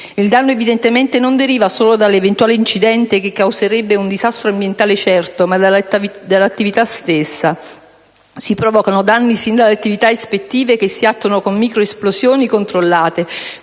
Il danno evidentemente non deriva solo dall'eventuale incidente, che causerebbe un disastro ambientale certo, ma dall'attività stessa; si provocano danni sin dalle attività ispettive, che si attuano con microesplosioni controllate